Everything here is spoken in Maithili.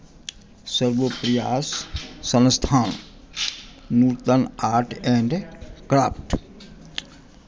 सर्वो सर्वोप्रयास संस्थान नुतन आर्ट एन्ड क्राफ्ट